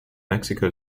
mexico